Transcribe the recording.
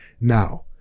now